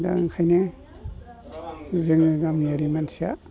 दा ओंखायनो जों गामियारि मानसिया